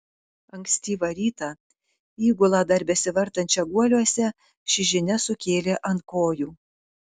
ankstyvą rytą įgulą dar besivartančią guoliuose ši žinia sukėlė ant kojų